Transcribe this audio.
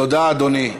תודה, אדוני.